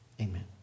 Amen